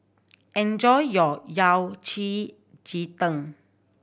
enjoy your Yao Cai ji tang